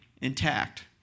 intact